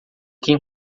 quem